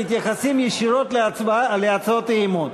שמתייחסים ישירות להצבעה על הצעות האי-אמון.